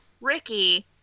Ricky